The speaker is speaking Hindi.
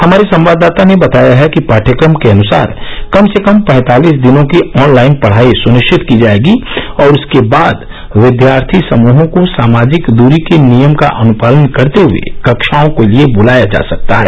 हमारे संवाददाता ने बताया है कि पाठ्यक्रम के अनुसार कम से कम पैंतालीस दिनों की ऑनलाइन पढाई सनिश्चित की जाएगी और इसके बाद विद्यार्थी समूहों को सामाजिक दरी के नियम का अनुपालन करते हुए कक्षाओं के लिए बुलाया जा सकता है